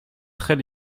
très